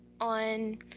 on